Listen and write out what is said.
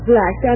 black